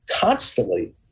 constantly